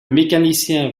mécanicien